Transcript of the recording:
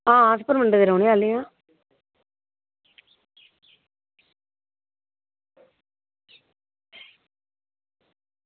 आं अस परमंडल दे रौह्ने आह्ले आं